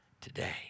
today